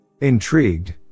Intrigued